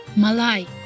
Malay